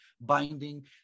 binding